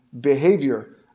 behavior